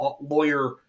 lawyer